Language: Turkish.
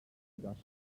eder